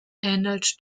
ähnelt